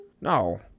No